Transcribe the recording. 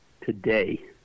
today